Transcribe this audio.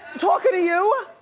talking to you.